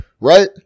right